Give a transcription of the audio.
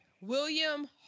William